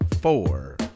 four